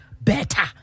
better